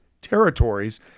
territories